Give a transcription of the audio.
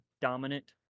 dominant